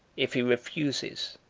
if he refuses,